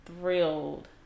thrilled